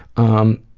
on